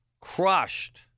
Crushed